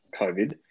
COVID